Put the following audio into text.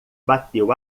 bateu